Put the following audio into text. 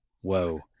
whoa